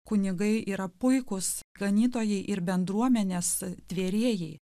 kunigai yra puikūs ganytojai ir bendruomenės tvėrėjai